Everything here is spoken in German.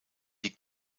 die